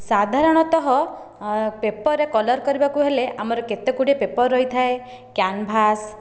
ସାଧାରଣତଃ ପେପରରେ କଲର୍ କରିବାକୁ ହେଲେ ଆମର କେତେ ଗୁଡ଼ିଏ ପେପର ରହିଥାଏ କ୍ୟାନଭାସ୍